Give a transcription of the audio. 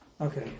Okay